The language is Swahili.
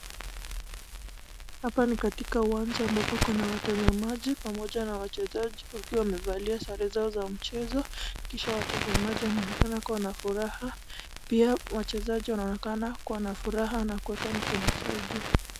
Hapa ni katika uwanja ambapo kuna watazamaji pamoja na wachezaji wakiwa wamevalia sare zao za mchezo ,kisha watazamaji wanaonekana kuwa na furaha . Pia wachezaji wanaonekana kuwa na furaha na kuweka mikono zao juu.